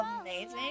amazing